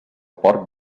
porc